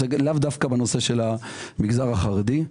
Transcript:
לאו דווקא בנושא המגזר החרדי.